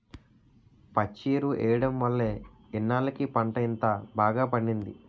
పచ్చి ఎరువు ఎయ్యడం వల్లే ఇన్నాల్లకి పంట ఇంత బాగా పండింది